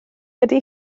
ydy